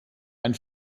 ein